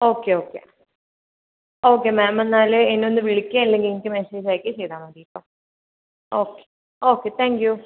okay okay okay ma'am എന്നാൽ എന്നെ ഒന്ന് വിളിക്ക് അല്ലെങ്കിൽ എനിക്ക് മെസ്സേജ് അയക്കുവോ ചെയ്താൽ മതി കേട്ടോ ഓക്കെ ഓക്കെ താങ്ക് യൂ